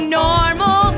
normal